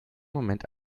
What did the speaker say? moment